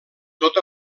tot